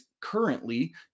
currently